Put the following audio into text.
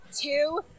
two